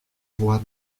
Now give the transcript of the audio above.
voix